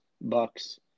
Bucks